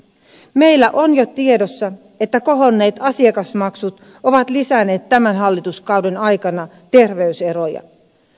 meillä on jo tiedossa että kohonneet asiakasmaksut ovat lisänneet tämän hallituskauden aikana terveyseroja